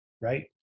right